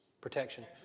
Protection